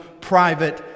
private